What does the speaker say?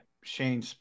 Shane